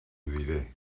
diré